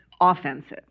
offensive